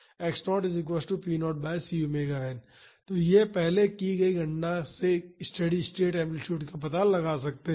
तो यह हम पहले की गई गणना से स्टेडी स्टेट एम्पलीटूड का पता लगा सकते हैं